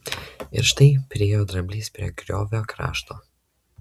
ir štai priėjo dramblys prie griovio krašto